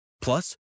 Plus